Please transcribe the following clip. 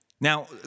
Now